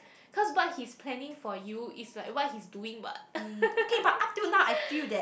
because what he's planning for you is like what he's doing what